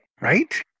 Right